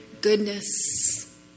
goodness